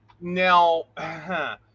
Now